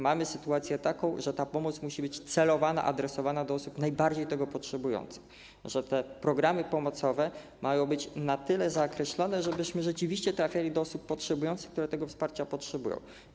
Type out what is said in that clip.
Mamy sytuację taką, że ta pomoc musi być celowana, adresowana do osób najbardziej tego potrzebujących, że te programy pomocowe mają być na tyle zakreślone, żebyśmy rzeczywiście trafiali do osób potrzebujących, osób, które tego wsparcia potrzebują.